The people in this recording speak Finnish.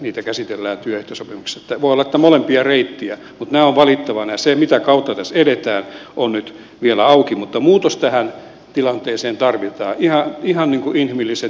voi olla että tarvitaan molempia reittejä mutta nämä ovat valittavana ja se mitä kautta tässä edetään on nyt vielä auki mutta muutos tähän tilanteeseen tarvitaan ihan inhimillisen työelämän ja ihmisten kannalta